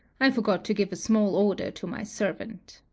i forgot to give a small order to my servant.